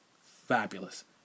Fabulous